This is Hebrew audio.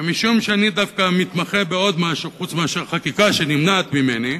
ומשום שאני דווקא מתמחה בעוד משהו חוץ מאשר חקיקה שנמנעת ממני,